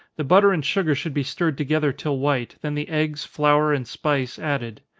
the butter and sugar should be stirred together till white, then the eggs, flour, and spice, added.